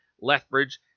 Lethbridge